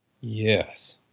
Yes